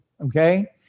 Okay